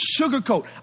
sugarcoat